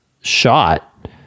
shot